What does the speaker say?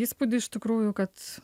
įspūdį iš tikrųjų kad